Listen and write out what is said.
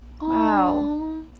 Wow